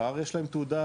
כבר יש להם תעודה,